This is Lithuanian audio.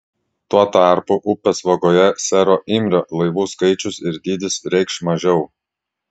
tuo tarpu upės vagoje sero imrio laivų skaičius ir dydis reikš mažiau